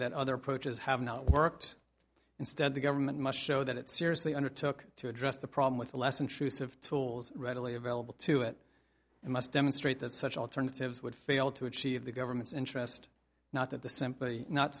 that other approaches have not worked instead the government must show that it seriously undertook to address the problem with a less intrusive tools readily available to it and must demonstrate that such alternatives would fail to achieve the government's interest not that the simply not